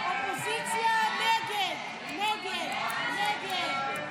56 בעד, 50 נגד.